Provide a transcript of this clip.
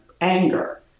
anger